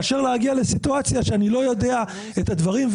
מאשר להגיע לסיטואציה שאני לא יודע את הדברים.